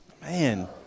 Man